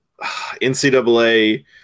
NCAA